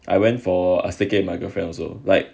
I went for a staycay with my girlfriend also like